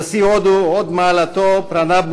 נשיא הודו, הוד מעלתו פרנב מוקהרג'י,